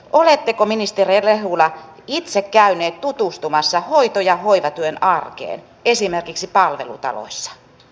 oletteko ministeri rehula itse käynyt tutustumassa hoito ja hoivatyön arkeen esimerkiksi palvelutaloissa